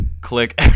click